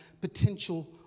potential